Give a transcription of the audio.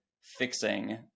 fixing